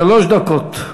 שלוש דקות.